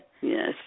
Yes